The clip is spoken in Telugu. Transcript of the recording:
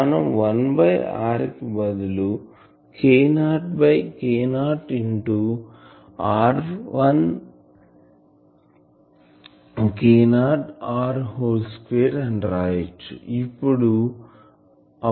మనం1 r కి బదులు K0 K0 into r K0r whole square అని వ్రాయవచ్చు